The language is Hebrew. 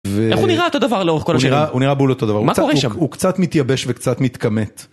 הוא נראה אותו דבר לאורך כל השנים, הוא קצת מתייבש וקצת מתקמט.